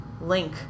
link